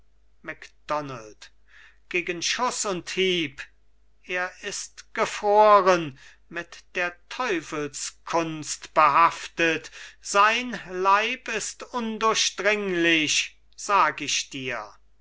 macdonald gegen schuß und hieb er ist gefroren mit der teufelskunst behaftet sein leib ist undurchdringlich sag ich dir